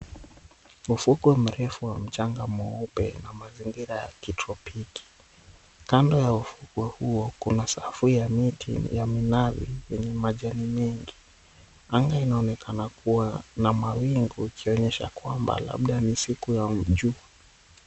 Ufukwe mrefu wa mchanga mweupe na mazingira ya kitropiki. Kando ya ufkwe huo kuna safu ya miti ya minazi yenye majani mengi. Anga inaonekana kuwa na mawingu, ikionyesha kwamba labda ni siku ya jua.